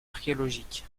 archéologique